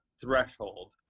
threshold